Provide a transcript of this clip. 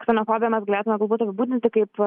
ksenofobiją mes galėtume galbūt apibūdinti kaip